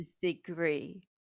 degree